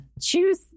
Choose